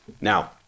Now